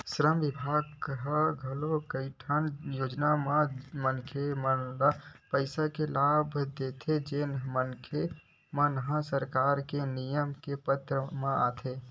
श्रम बिभाग ह घलोक कइठन योजना म मनखे मन ल पइसा के लाभ देथे जेन मनखे मन ह सरकार के नियम के पात्र म आथे